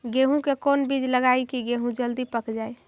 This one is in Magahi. गेंहू के कोन बिज लगाई कि गेहूं जल्दी पक जाए?